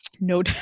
no